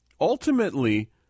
ultimately